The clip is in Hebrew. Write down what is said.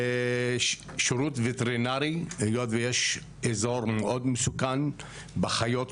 שירות וטרינרי היות ויש אזור מאוד מסוכן בחיות מסביב,